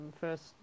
First